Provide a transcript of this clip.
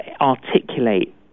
articulate